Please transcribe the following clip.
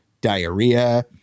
diarrhea